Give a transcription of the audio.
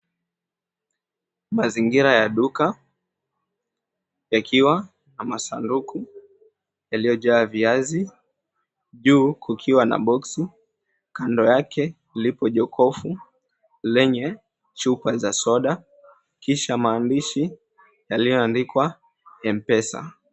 Mazingira ya duka yakiwa na masanduku yaliyojaa viazi, juu kukiwa na boxy kando yake lipo jokofu lenye chupa za soda kisha maandishi yaliyoandikwa, Mpesa.